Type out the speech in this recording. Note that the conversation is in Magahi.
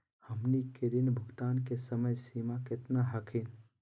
हमनी के ऋण भुगतान के समय सीमा केतना हखिन?